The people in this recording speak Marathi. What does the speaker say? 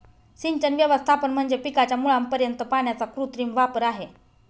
सिंचन व्यवस्थापन म्हणजे पिकाच्या मुळापर्यंत पाण्याचा कृत्रिम वापर आहे